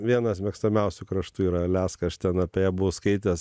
vienas mėgstamiausių kraštų yra aliaska aš ten apie ją buvau skaitęs